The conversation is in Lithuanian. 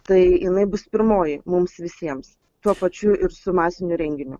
tai jinai bus pirmoji mums visiems tuo pačiu ir su masiniu renginiu